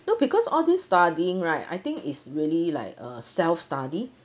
no because all this studying right I think is really like a self study